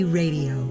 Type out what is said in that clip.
radio